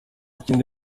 kindi